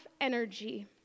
energy